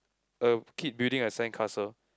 a kid building a sand castle